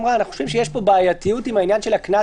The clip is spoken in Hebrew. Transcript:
ואנחנו חושבים שיש בעייתיות עם הקנס